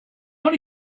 many